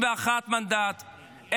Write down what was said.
אין לכם אפילו 61 מנדטים.